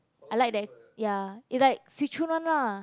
I like that ya it's like Swee-Choon one lah